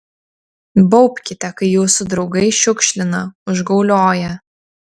baubkite kai jūsų draugai šiukšlina užgaulioja